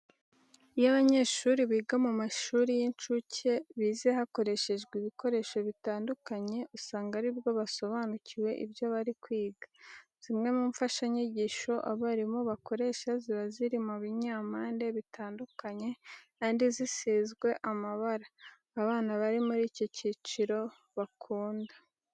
Iyo abanyeshuri biga mu mashuri y'incuke bize hakoreshejwe ibikoresho bitandukanye, usanga ari bwo basobanukiwe ibyo bari kwiga. Zimwe mu mfashanyigisho abarimu bakoresha ziba ziri mu binyampande bitandukanye kandi zisizwe amabara abana bari muri iki cyiciro bakunda.